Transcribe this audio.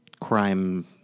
crime